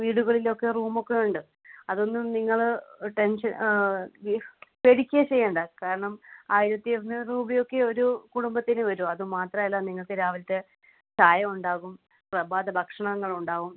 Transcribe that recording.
വീടുകളിലൊക്കെ റൂമൊക്കെയുണ്ട് അതൊന്നും നിങ്ങൾ ടെൻഷൻ ആ പേടിക്കുകയേ ചെയ്യേണ്ട കാരണം ആയിരത്തി എഴുന്നൂറ് രൂപയൊക്കെയേ ഒരു കുടുംബത്തിന് വരു അത് മാത്രമല്ല നിങ്ങൾക്ക് രാവിലത്തെ ചായ ഉണ്ടാവും പ്രഭാത ഭക്ഷണങ്ങളുണ്ടാവും